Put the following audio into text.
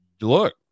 Look